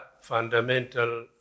fundamental